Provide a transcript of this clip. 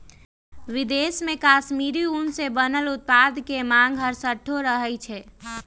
विदेश में कश्मीरी ऊन से बनल उत्पाद के मांग हरसठ्ठो रहइ छै